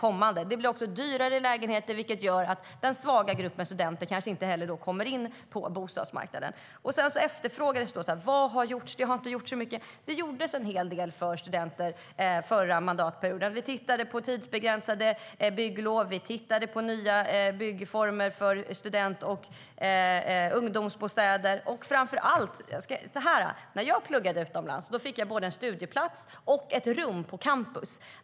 Lägenheterna blir också dyrare, vilket gör att den svaga gruppen studenter kanske inte kommer in på bostadsmarknaden. När jag pluggade utomlands fick jag både en studieplats och ett rum på campus.